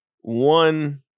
one